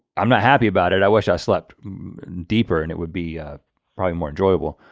i'm not happy about it. i wish i slept deeper and it would be probably more enjoyable.